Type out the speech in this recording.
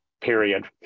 period